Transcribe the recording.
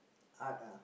art ah